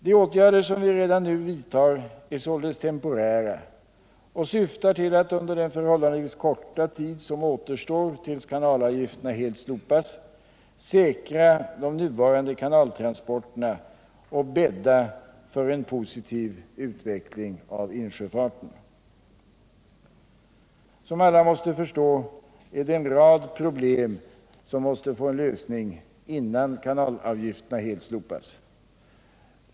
De åtgärder som vi redan nu vidtar är således temporära och syftar till att — under den förhållandevis korta period som återstår tills kanalavgifterna helt slopas — säkra de nuvarande kanaltransporterna och bädda för en positiv utveckling av insjöfarten. Som ni alla vet är det en rad problem som måste få en lösning innan kanalavgifterna helt slopas.